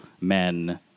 men